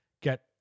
get